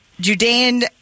Judean